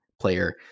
player